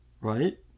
right